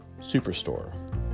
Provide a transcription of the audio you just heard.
Superstore